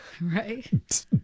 right